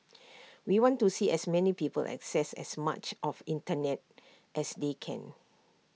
we want to see as many people access as much of Internet as they can